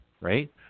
Right